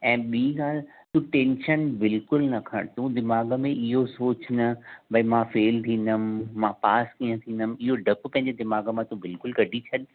ऐं ॿीं ॻाल्हि तूं टैंशन बिल्कुलु न खणि तूं दिमाग़ु में इहो सोचु न भई मां फ़ेल थींदमि मां पास कीअं थींदमि इहो ॾपु पंहिंजे दिमाग़ु मां तूं बिल्कुलु कढी छॾ